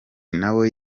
nawe